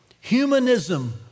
humanism